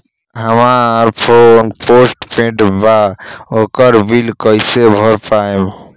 हमार phone postpaid बा ओकर बिल कईसे भर पाएम?